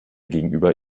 gegenüber